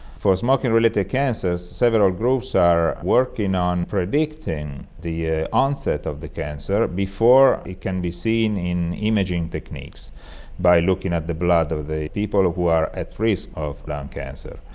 for smoking-related cancers, several groups are working on predicting the ah onset of the cancer before it can be seen in imaging techniques by looking at the blood of the people who are at risk of lung cancer.